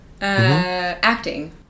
acting